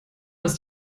ist